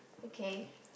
okay